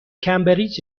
کمبریج